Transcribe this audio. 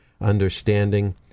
understanding